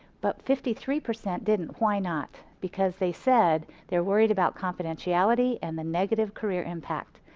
but fifty three percent didn't, why not? because they said they're worried about confidentiality and the negative career impact.